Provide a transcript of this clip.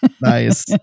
Nice